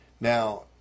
Now